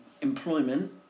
employment